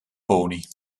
pony